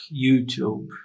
YouTube